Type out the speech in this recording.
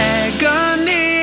agony